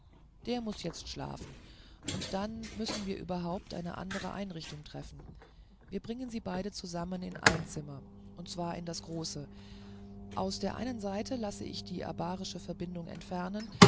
der muß jetzt schlafen und dann müssen wir überhaupt eine andere einrichtung treffen wir bringen sie beide zusammen in ein zimmer und zwar in das große aus der einen seite lasse ich die abarische verbindung entfernen